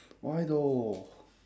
why though